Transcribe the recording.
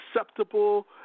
acceptable